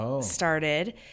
started